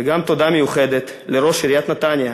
וגם תודה מיוחדת לראש עיריית נתניה,